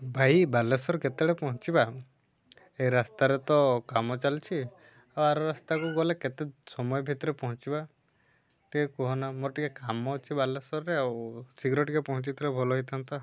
ଭାଇ ବାଲେଶ୍ୱର କେତେବେଳେ ପହଞ୍ଚିବା ଏ ରାସ୍ତାରେ ତ କାମ ଚାଲିଛି ଆଉ ଆର ରାସ୍ତାକୁ ଗଲେ କେତେ ସମୟ ଭିତରେ ପହଞ୍ଚିବା ଟିକେ କୁହ ନା ମୋର ଟିକେ କାମ ଅଛି ବାଲେଶ୍ୱରରେ ଆଉ ଶୀଘ୍ର ଟିକେ ପହଞ୍ଚିଥିଲେ ଭଲ ହେଇଥାନ୍ତା